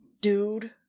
dude